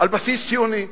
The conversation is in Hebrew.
על בסיס ציוני.